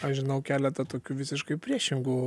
aš žinau keletą tokių visiškai priešingų